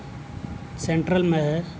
central میں ہے